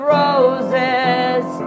roses